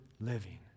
living